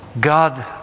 God